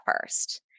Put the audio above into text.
first